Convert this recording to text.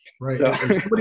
Right